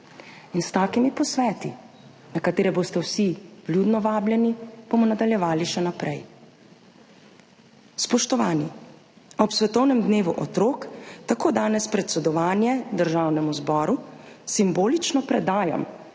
In s takimi posveti, na katere boste vsi vljudno vabljeni, bomo nadaljevali še naprej. Spoštovani! Ob svetovnem dnevu otrok tako danes predsedovanje Državnemu zboru simbolično predajam